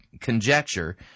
conjecture